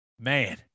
man